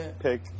pick